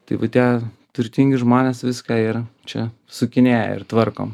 tai va tie turtingi žmonės viską ir čia sukinėja ir tvarko